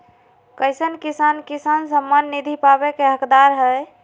कईसन किसान किसान सम्मान निधि पावे के हकदार हय?